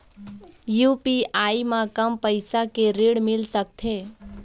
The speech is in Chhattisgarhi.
यू.पी.आई म कम पैसा के ऋण मिल सकथे?